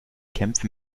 kämpfe